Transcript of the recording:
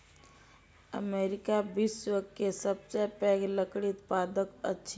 America विश्व के सबसे पैघ लकड़ी उत्पादक अछि